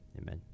Amen